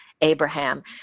Abraham